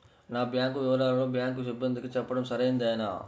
నా బ్యాంకు వివరాలను బ్యాంకు సిబ్బందికి చెప్పడం సరైందేనా?